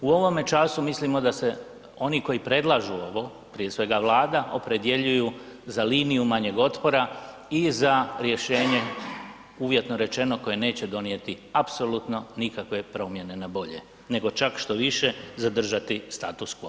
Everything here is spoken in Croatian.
U ovome času mislimo da se oni koji predlažu ovo, prije svega, Vlada, opredjeljuju za liniju manjeg otpora i za rješenje uvjetno rečeno, koje neće donijeti apsolutno nikakve promjene na bolje, nego čak, štoviše zadržati status